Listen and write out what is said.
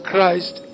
Christ